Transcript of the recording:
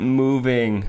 moving